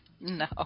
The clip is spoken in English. No